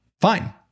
fine